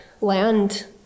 land